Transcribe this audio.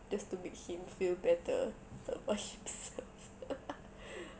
just to make him feel better about himself